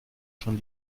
schon